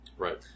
Right